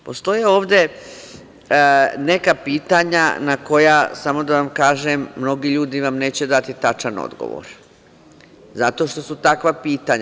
Postoje ovde neka pitanja na koja, samo da vam kažem, mnogi ljudi vam neće dati tačan odgovor, zato što su takva pitanja.